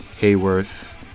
Hayworth